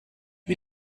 wie